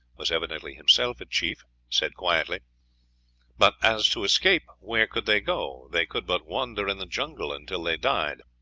was evidently himself a chief, said quietly but as to escape, where could they go? they could but wander in the jungle until they died.